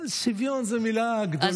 שוויון היא מילה גדולה.